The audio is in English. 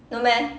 no meh